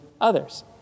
others